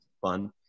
fun